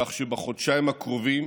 כך שבחודשיים הקרובים